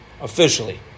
Officially